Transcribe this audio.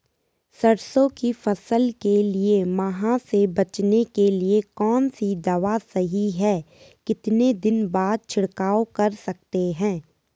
सरसों की फसल के लिए माह से बचने के लिए कौन सी दवा सही है कितने दिन बाद छिड़काव कर सकते हैं?